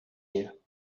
you